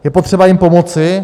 Je potřeba jim pomoci.